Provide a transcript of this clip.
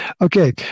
Okay